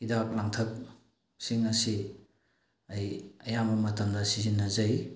ꯍꯤꯗꯥꯛ ꯂꯥꯡꯊꯛꯁꯤꯡ ꯑꯁꯤ ꯑꯩ ꯑꯌꯥꯝꯕ ꯃꯇꯝꯗ ꯁꯤꯖꯤꯟꯅꯖꯩ